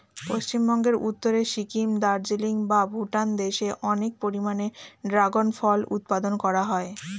পশ্চিমবঙ্গের উত্তরে সিকিম, দার্জিলিং বা ভুটান দেশে অনেক পরিমাণে ড্রাগন ফল উৎপাদন করা হয়